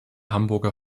hamburger